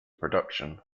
production